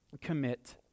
Commit